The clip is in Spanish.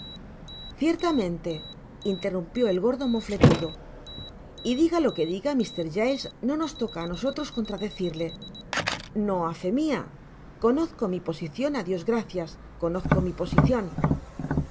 ciertamente interrumpió el gordo mofletudo y diga lo que diga mr giles no nos toca á nosotros contradecirle no á fé mia conozco mi posicion á dios gracias conozco mi posicion